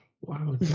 Wow